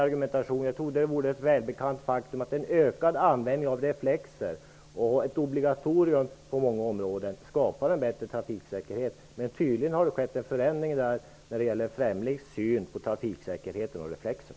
Jag torde vara ett välbekant faktum att en ökad användning av reflexer och obligatorium på många områden skapar en bättre trafiksäkerhet. Men tydligen har det skett en förändring när det gäller Fremlings syn på trafiksäkerhet och reflexer.